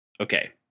Okay